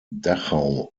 dachau